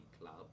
club